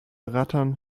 rattern